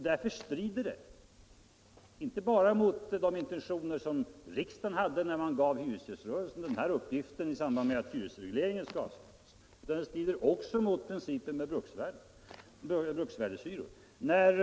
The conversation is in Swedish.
Därför strider det inte bara mot de intentioner som riksdagen hade när man gav hyresgäströrelsen den uppgift de har som förhandlare i samband med hyresregleringens avskaffande, utan det strider också mot andan i det system med bruksvärdeshyror som vi har att gå in för olika hyror beroende på om hyresgästen är medlem i hyresgästförening eller inte.